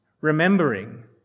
remembering